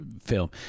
film